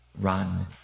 run